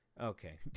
okay